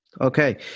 Okay